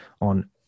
on